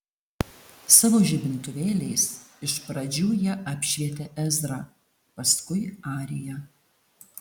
savo žibintuvėliais iš pradžių jie apšvietė ezrą paskui ariją